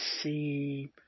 see